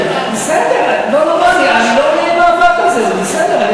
בסדר, לא יהיה מאבק על זה, בסדר.